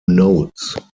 nodes